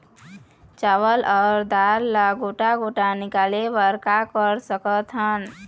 चावल अऊ दाल ला गोटा गोटा निकाले बर का कर सकथन?